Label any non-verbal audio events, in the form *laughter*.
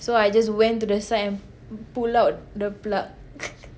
so I just went to the side and pull out the plug *laughs*